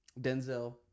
Denzel